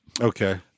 Okay